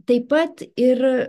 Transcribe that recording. taip pat ir